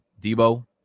Debo